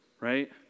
Right